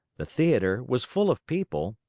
the theater was full of people,